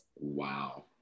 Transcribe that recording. Wow